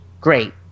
Great